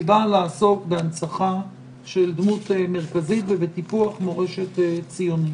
הוא בא לעסוק בהנצחה של דמות מרכזית ובטיפוח מורשת ציונית.